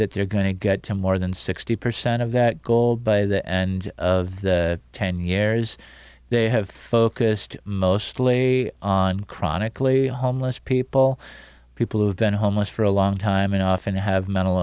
they're going to get to more than sixty percent of that gold by the and ten years they have focused mostly on chronically homeless people people who've been homeless for a long time and often have mental